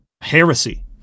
heresy